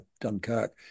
Dunkirk